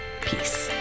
Peace